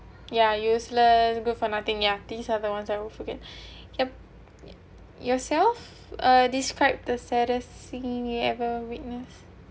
ya useless good for nothing yeah these are the ones I will forget yup yourself uh describe the saddest scene you ever witnessed